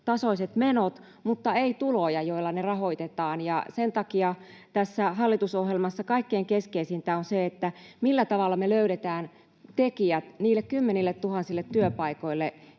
tasoiset menot, mutta ei tuloja, joilla ne rahoitetaan. Sen takia tässä hallitusohjelmassa kaikkein keskeisintä on se, millä tavalla me löydetään tekijät niille kymmenilletuhansille työpaikoille,